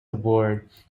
aboard